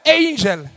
angel